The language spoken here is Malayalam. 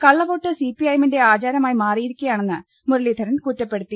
കള്ളവോട്ട് സിപിഐഎമ്മിന്റെ ആചാരമായി മാറിയിരിക്കയാണെന്ന് മുരളീ ധരൻ കുറ്റപ്പെടുത്തി